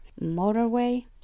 motorway